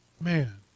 Man